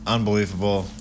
Unbelievable